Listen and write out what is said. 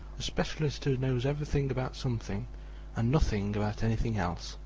a specialist who knows everything about something and nothing about anything else